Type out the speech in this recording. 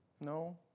No